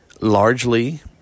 largely